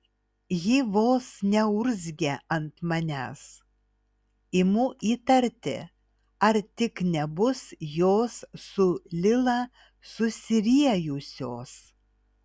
ji vos neurzgia ant manęs imu įtarti ar tik nebus jos su lila susiriejusios